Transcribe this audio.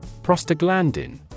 Prostaglandin